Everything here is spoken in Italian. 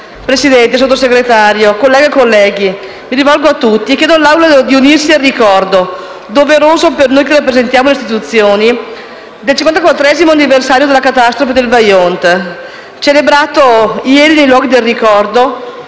Presidente, onorevole Vice Ministro, colleghe e colleghi, mi rivolgo a tutti e chiedo all'Aula di unirsi al ricordo, doveroso per noi che rappresentiamo le istituzioni, del 54° anniversario dalla catastrofe del Vajont, celebrato ieri nei luoghi del ricordo